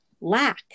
lack